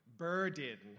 Burden